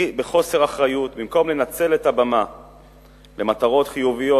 בחוסר אחריות, במקום לנצל את הבמה למטרות חיוביות.